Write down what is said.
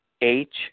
H-